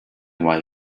why